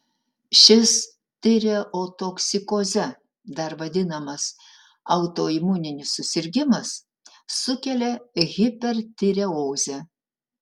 šis tireotoksikoze dar vadinamas autoimuninis susirgimas sukelia hipertireozę